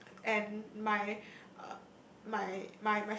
and my uh my